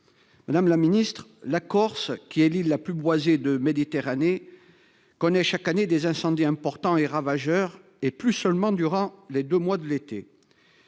Madame la Ministre, la Corse qui est l'île la plus boisée de Méditerranée. Connaît chaque année des incendies importants et ravageur et plus seulement durant les 2 mois de l'été.